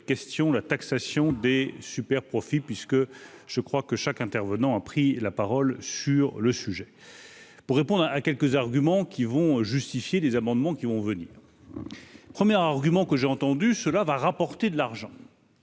question la taxation des superprofits puisque je crois que chaque intervenant a pris la parole sur le sujet pour répondre à quelques arguments qui vont justifier des amendements qui vont venir, première argument que j'ai entendu cela va rapporter de l'argent.